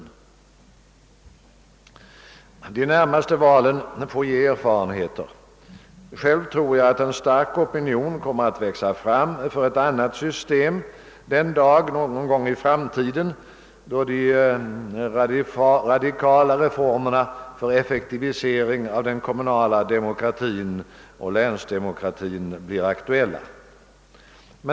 De närmaste valen får ge erfaren heter. Själv tror jag att en stark opinion kommer att växa fram för ett anna! system den dag någon gång i framtiden då de radikala reformerna för effektivisering av den kommunala demokratin och länsdemokratin blir aktuella.